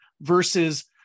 versus